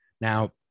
Now